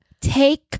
take